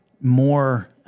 more